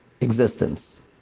existence